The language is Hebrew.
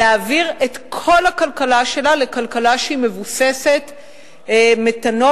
להעביר את כל הכלכלה שלה לכלכלה מבוססת מתנול,